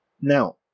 Now